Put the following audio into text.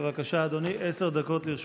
בבקשה, אדוני, עשר דקות לרשותך.